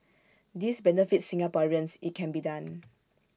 this benefits Singaporeans IT can be done